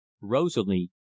Rosalie